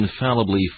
infallibly